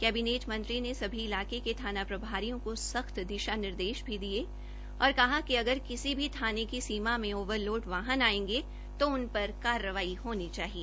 cabinet मंत्री ने सभी इलाके के थाना प्रभारियों को सख्त दिशा निर्देश भी दिए और कहा कि अगर किसी भी थाने की सीमा में ओवरलोड वाहन आयेंगे तो उनपर कार्रवाई होनी चाहिए